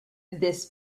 this